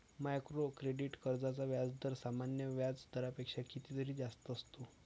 micro credit कर्जांचा व्याजदर सामान्य व्याज दरापेक्षा कितीतरी जास्त असतो